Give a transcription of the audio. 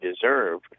deserve